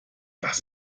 das